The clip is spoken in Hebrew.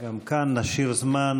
גם כאן נשאיר זמן